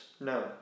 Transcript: No